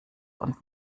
und